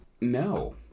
no